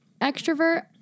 extrovert